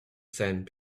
sand